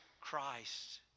Christ